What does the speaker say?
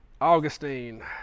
Augustine